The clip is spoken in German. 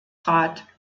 rat